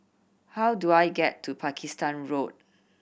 how do I get to Pakistan Road